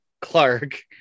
Clark